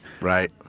Right